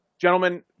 Gentlemen